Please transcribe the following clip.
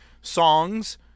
songs